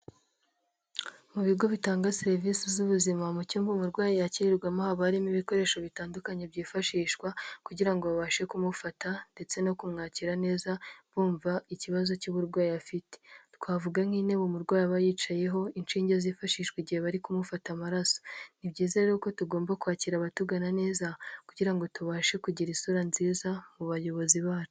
Mu bigo bitanga serivisi z'ubuzima mu cyumba umurwayi yakirirwamo haba harimo ibikoresho bitandukanye byifashishwa kugira ngo babashe kumufasha ndetse no kumwakira neza bumva ikibazo cy'uburwayi afite twavuga nk'intebe umurwayi aba yicayeho, inshinge zifashishwa igihe bari kumufata amaraso, ni byiza rero uko tugomba kwakira abatugana neza kugira ngo tubashe kugira isura nziza mu bayobozi bacu.